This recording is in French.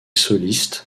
solistes